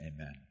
Amen